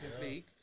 League